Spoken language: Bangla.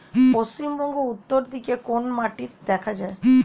পশ্চিমবঙ্গ উত্তর দিকে কোন মাটি দেখা যায়?